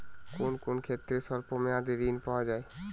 কোন কোন ক্ষেত্রে স্বল্প মেয়াদি ঋণ পাওয়া যায়?